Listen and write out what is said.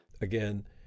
Again